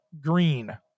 green